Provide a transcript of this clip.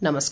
नमस्कार